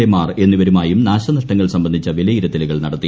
A മാർ എന്നിവരുമായും നാശനഷ്ടങ്ങൾ സംബന്ധിച്ച വിലയിരുത്തലുകൾ നടത്തി